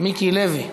מיקי לוי.